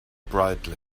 brightly